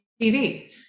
TV